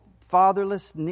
fatherless